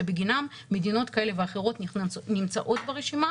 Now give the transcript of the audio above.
שבגינם מדינות כאלה ואחרות נמצאות ברשימה